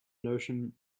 notion